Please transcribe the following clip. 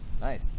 nice